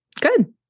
Good